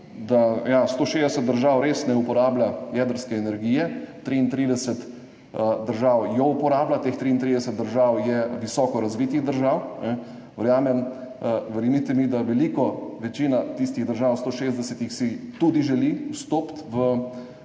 Ja, 160 držav res ne uporablja jedrske energije, 33 držav jo uporablja, teh 33 držav je visoko razvitih. Verjemite mi, da si velika večina tistih 160 držav tudi želi vstopiti v